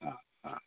हा हा